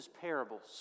parables